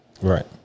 Right